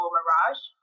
Mirage